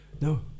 no